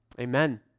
Amen